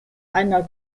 einer